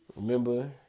Remember